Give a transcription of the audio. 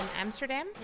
Amsterdam